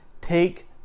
take